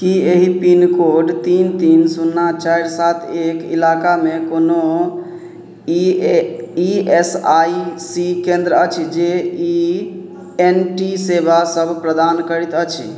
कि एहि पिनकोड तीन तीन सुन्ना चारि सात एक इलाकामे कोनो E A E S I C केन्द्र अछि जे ई एन टी सेवा सब प्रदान करैत अछि